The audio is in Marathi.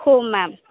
हो मॅम